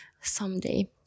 someday